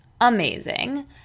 amazing